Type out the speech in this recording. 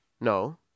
No